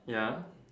ya